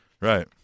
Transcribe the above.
right